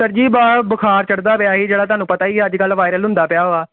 sir ji ਬਾ ਬੁਖਾਰ ਚੜਦਾ ਪਿਆ ਸੀ ਜਿਹੜਾ ਤੁਹਾਨੂੰ ਪਤਾ ਹੀ ਅੱਜ ਕੱਲ੍ਹ ਵਾਇਰਲ ਹੁੰਦਾ ਪਿਆ ਵਾ